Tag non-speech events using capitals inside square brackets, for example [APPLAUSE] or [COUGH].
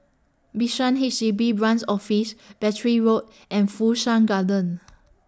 Bishan H D B Branch Office [NOISE] Battery Road [NOISE] and Fu Shan Garden [NOISE]